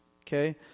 okay